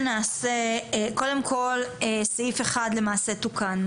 קודם כל, סעיף 1 למעשה תוקן.